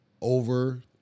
over